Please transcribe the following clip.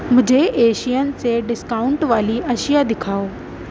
مجھے ایشیئن سے ڈسکاؤنٹ والی اشیاء دکھاؤ